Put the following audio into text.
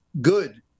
good